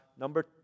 Number